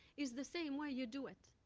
it's the same way you do it,